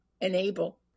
enable